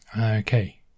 Okay